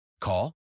Call